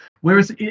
Whereas